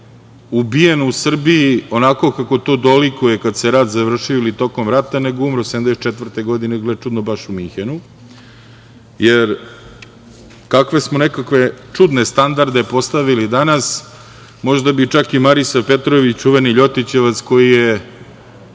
ubijena u Srbiji onako kako to dolikuje kad se rat završio ili tokom rata, nego umro 1974. godine, gle, čudno, baš u Minhenu. Jer, kakve smo nekakve čudne standarde postavili danas, možda bi čak i Marisav Petrović, čuveni Ljotićevac, koji je